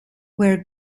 we’re